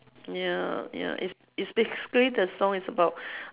ya ya it's it's basically the song is about